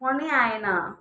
पढ्नै आएन